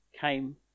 came